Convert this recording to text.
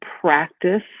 practice